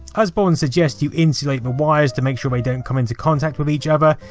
usborne suggest you insulate the wires to make sure they don't come into contact with each other,